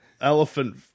elephant